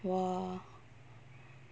!wow!